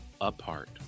apart